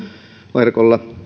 verkolla